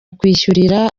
kwishyurira